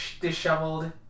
disheveled